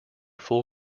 full